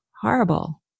horrible